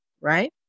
right